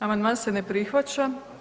Amandman se ne prihvaća.